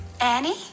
Annie